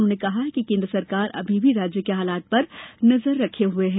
उन्होंने कहा कि केन्द्र सरकार अभी भी राज्य के हालात पर नजर रखे हुए है